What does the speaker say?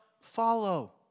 follow